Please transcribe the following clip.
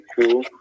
cool